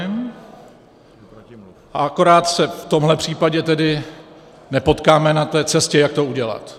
A akorát se v tomhle případě tedy nepotkáme na té cestě, jak to udělat.